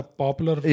popular